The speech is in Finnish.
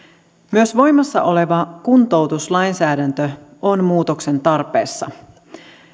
myös voimassa oleva kuntoutuslainsäädäntö on muutoksen tarpeessa